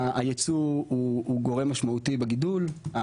הייצוא הוא גורם משמעותי בגידול,